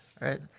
right